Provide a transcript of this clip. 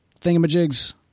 thingamajigs